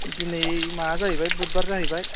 दैनै माबा जाहैबाय बुदबार